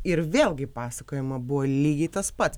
ir vėl gi pasakojama buvo lygiai tas pat